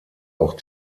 auch